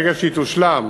ברגע שהיא תושלם,